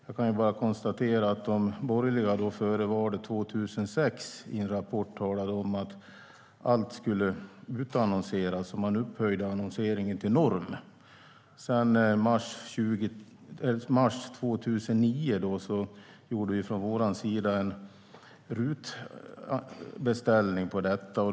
Jag kan bara konstatera att de borgerliga i en rapport före valet 2006 talade om att allt skulle utannonseras - man upphöjde annonseringen till norm. I mars 2009 gjorde vi från vår sida en beställning på en RUT-utredning av detta.